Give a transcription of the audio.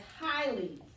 highly